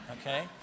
okay